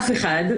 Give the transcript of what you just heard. אף אחד.